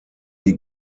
die